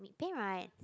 pain right